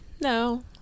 No